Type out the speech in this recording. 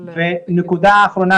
ונקודה אחרונה,